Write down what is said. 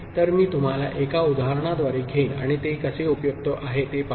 तर मी तुम्हाला एका उदाहरणाद्वारे घेईन आणि ते कसे उपयुक्त आहे ते पाहू